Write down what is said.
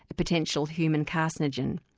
a potential human carcinogen.